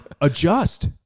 Adjust